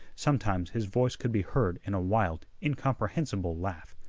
sometimes his voice could be heard in a wild, incomprehensible laugh.